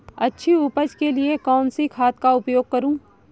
अच्छी उपज के लिए कौनसी खाद का उपयोग करूं?